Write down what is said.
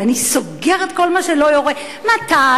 "אני סוגר את כל מה שלא יורה" מתן,